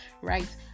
right